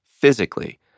physically